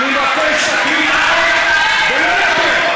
(חבר הכנסת מסעוד גנאים יוצא מאולם המליאה.) תוציא את הקורבנות שלו.